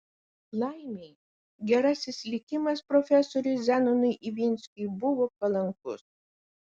laimei gerasis likimas profesoriui zenonui ivinskiui buvo palankus